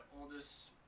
oldest